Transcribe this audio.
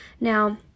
now